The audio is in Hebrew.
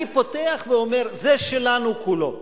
אני פותח ואומר: זה שלנו כולו.